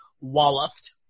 walloped